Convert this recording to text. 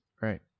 Right